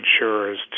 insurers